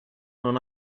non